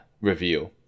review